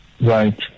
Right